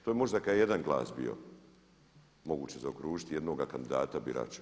To je možda kad je jedan glas bio moguće zaokružiti, jednoga kandidata birač.